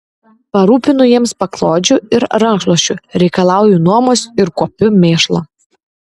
parūpinu jiems paklodžių ir rankšluosčių reikalauju nuomos ir kuopiu mėšlą